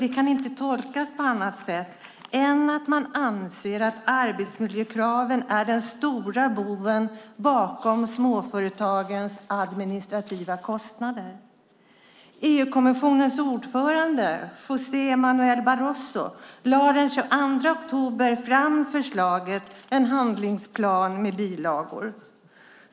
Det kan inte tolkas på annat sätt än att man anser att arbetsmiljökraven är den stora boven bakom småföretagens administrativa kostnader. EU-kommissionens ordförande José Manuel Barroso lade den 22 oktober fram förslaget, en handlingsplan med bilagor.